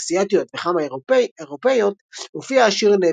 אסיאתיות וכמה אירופיות הופיע השיר "Never